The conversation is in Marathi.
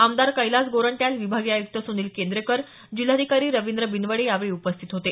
आमदार कैलास गोरंट्याल विभागीय आयुक्त सुनील केंद्रेकर जिल्हाधिकारी रवींद्र बिनवडे यांवेळी उपस्थित होते